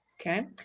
Okay